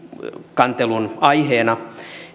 kantelun aiheena